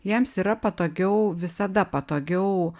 jiems yra patogiau visada patogiau